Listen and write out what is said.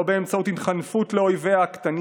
לא באמצעות התחנפות לאויביה הקטנים